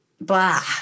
blah